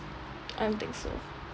I don't think so